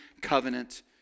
covenant